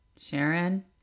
Sharon